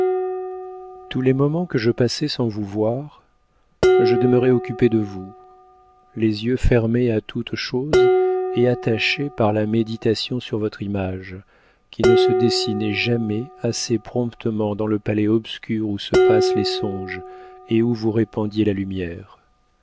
tous les moments que je passais sans vous voir je demeurais occupé de vous les yeux fermés à toute chose et attachés par la méditation sur votre image qui ne se dessinait jamais assez promptement dans le palais obscur où se passent les songes et où vous répandiez la lumière